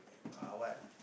uh what